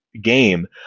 game